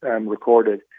recorded